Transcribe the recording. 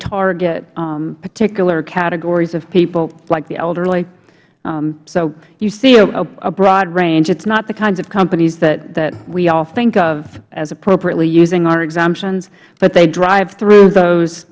target particular categories of people like the elderly so you see a broad range it is not the kinds of companies that we all think of as appropriately using our exemptions but they drive through those